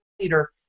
leader